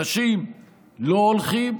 אנשים לא הולכים,